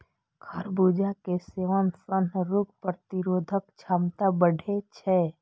खरबूजा के सेवन सं रोग प्रतिरोधक क्षमता बढ़ै छै